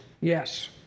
Yes